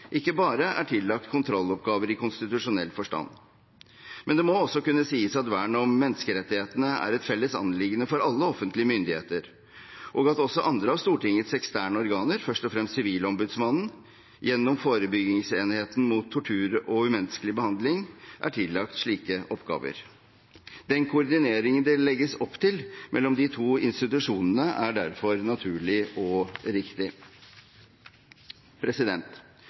ikke bare er tillagt kontrolloppgaver i konstitusjonell forstand. Men det må også kunne sies at vern om menneskerettighetene er et felles anliggende for alle offentlige myndigheter, og at også andre av Stortingets eksterne organer, først og fremst Sivilombudsmannen, gjennom forebyggingsenheten mot tortur og umenneskelig behandling, er tillagt slike oppgaver. Den koordineringen det legges opp til mellom de to institusjonene, er derfor naturlig og riktig.